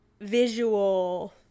visual